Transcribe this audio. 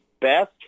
best